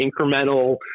incremental